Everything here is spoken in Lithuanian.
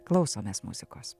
klausomės muzikos